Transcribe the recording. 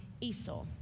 Esau